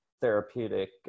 therapeutic